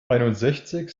einundsechzig